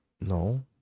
No